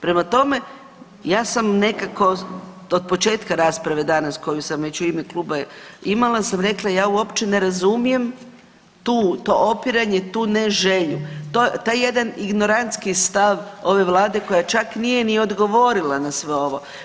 Prema tome, ja sam nekako od početka danas rasprave danas koju sam već u ime kluba imala sam rekla ja uopće ne razumijem to opiranje, tu ne želju, taj jedan ignorantski stav ove Vlade koja čak nije ni odgovorila na sve ovo.